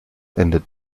endet